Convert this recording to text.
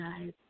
guys